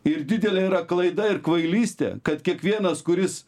ir didelė yra klaida ir kvailystė kad kiekvienas kuris